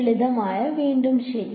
ലളിത വീണ്ടും ശരി